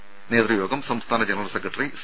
ജില്ലാ നേതൃയോഗം സംസ്ഥാന ജനറൽ സെക്രട്ടറി സി